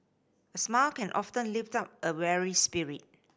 a smile can often lift up a weary spirit